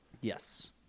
yes